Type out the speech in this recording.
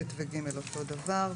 (ב) ו-(ג) אותו דבר,